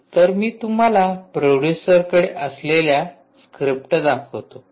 तर मी तुम्हाला प्रोड्युसरकडे असलेल्या स्क्रिप्ट दाखवतो